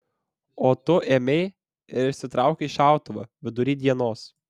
o tu ėmei ir išsitraukei šautuvą vidury dienos